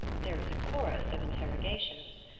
there was a chorus of interrogations.